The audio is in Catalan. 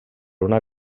una